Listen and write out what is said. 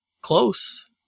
Close